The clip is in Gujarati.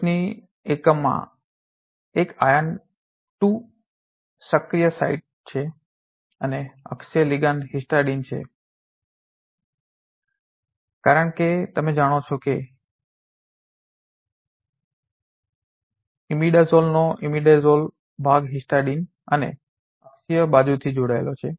ટોચની એકમાં એક આયર્ન સક્રિય સાઇટ છે અને અક્ષીય લિગાન્ડ હિસ્ટિડાઇન છે કારણ કે તમે જાણો છો કે ઇમિડાઝોલનો ઇમિડાઝોલ ભાગ હિસ્ટિડાઇન અને અક્ષીય બાજુથી જોડાયેલ છે